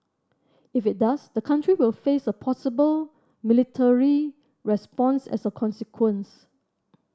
if it does the country will face a possible military response as a consequence